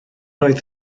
oedd